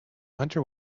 hunter